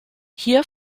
hier